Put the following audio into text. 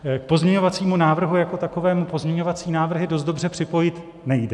K pozměňovacímu návrhu jako takovému pozměňovací návrhy dost dobře připojit nejde.